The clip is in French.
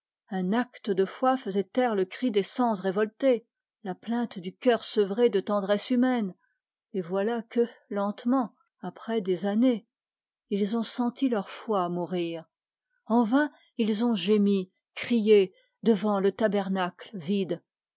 un acte de foi faisait taire le cri des sens révoltés la plainte du cœur sevré de tendresse humaine et voilà que lentement après de années ils ont senti leur foi mourir en vain ils ont crié devant le tabernacle vide